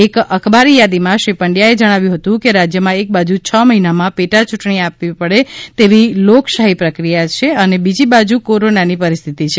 એક એક અખબારી યાદીમાં શ્રી પંડ્યા એ જણાવ્યું હતું કે રાજ્યમાં એકબાજુ ક મહીનામાં પેટા ચૂંટણી આપવી પડે તેવી લોકશાહી પ્રક્રિયા છે અને બીજી બાજુ કોરોનાની પરિસ્થિતિ છે